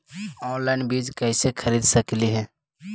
Online बीज कईसे खरीद सकली हे?